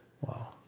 Wow